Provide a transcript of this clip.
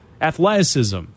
athleticism